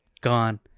gone